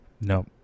no